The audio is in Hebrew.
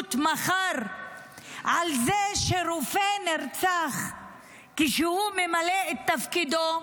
הבריאות מחר על זה שרופא נרצח כשהוא ממלא את תפקידו?